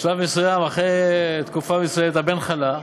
בשלב מסוים, אחרי תקופה מסוימת, הבן חלה,